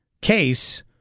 case